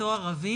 ובתור ערבים.